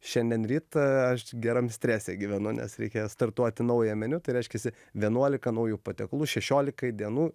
šiandien ryt aš geram strese gyvenu nes reikia startuoti naują meniu tai reiškiasi vienuolika naujų patiekalų šešiolikai dienų